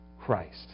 Christ